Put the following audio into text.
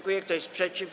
Kto jest przeciw?